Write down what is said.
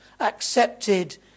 accepted